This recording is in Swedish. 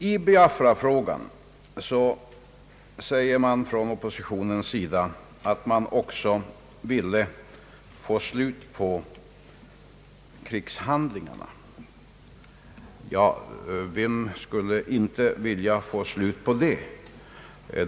I Biafrafrågan sägs från oppositionens sida att man också vill få slut på krigshandlingarna. Vem skulle inte vilja få slut på dem?